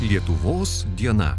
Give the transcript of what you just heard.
lietuvos diena